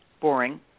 Boring